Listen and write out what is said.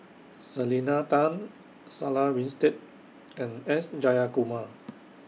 Selena Tan Sarah Winstedt and S Jayakumar